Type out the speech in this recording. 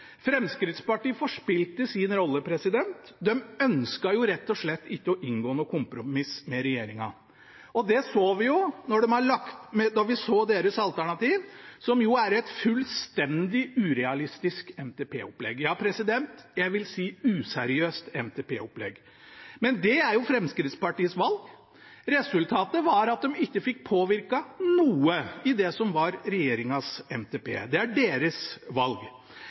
Fremskrittspartiet forspilte sin rolle. De ønsket rett og slett ikke å inngå noe kompromiss med regjeringen. Det så vi da vi så deres alternativ, som jo er et fullstendig urealistisk NTP-opplegg – ja, jeg vil si useriøst NTP-opplegg. Det er Fremskrittspartiets valg, men resultatet var at de ikke fikk påvirke noe i det som var regjeringens NTP. Det er deres valg.